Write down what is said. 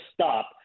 stop